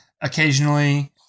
occasionally